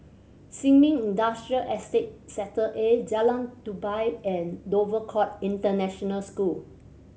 Sin Ming Industrial Estate Sector A Jalan Tupai and Dover Court International School